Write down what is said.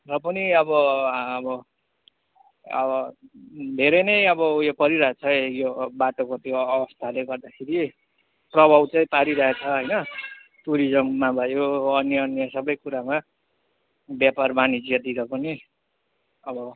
र पनि अब अब अब धेरै नै अब उयो परिरहेको छ है यो बाटोको त्यो अवस्थाले गर्दाखेरि प्रभाव चाहिँ परिरहेछ होइन टुरिजममा भयो अन्य अन्य सबै कुरामा व्यपार वाणिज्यतिर पनि अब